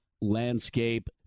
landscape